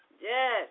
Yes